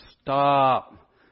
stop